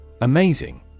Amazing